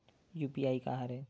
UPI का हरय?